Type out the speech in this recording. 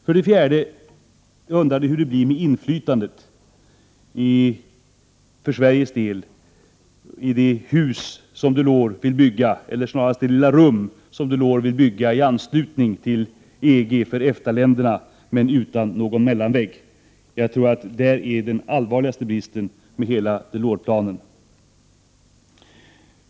För det fjärde undrar jag hur det blir med inflytandet för Sveriges del i det lilla rum för EFTA-länderna som Delors vill bygga i anslutning till EG men utan någon mellanvägg. Där är troligen den allvarligaste bristen i hela Delors-planen.